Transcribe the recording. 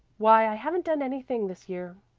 why, i haven't done anything this year.